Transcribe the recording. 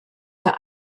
der